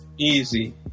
Easy